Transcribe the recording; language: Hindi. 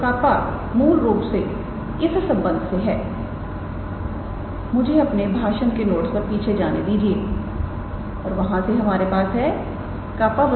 तो कापा मूल रूप से इस संबंध से है मुझे अपने भाषण नोट्स पर पीछे जाने दीजिए और वहां पर हमारे पास है 𝜅